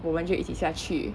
我们就一起下去